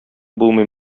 булмый